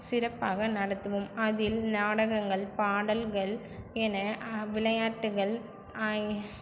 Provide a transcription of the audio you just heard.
சிறப்பாக நடத்துவோம் அதில் நாடகங்கள் பாடல்கள் என விளையாட்டுகள்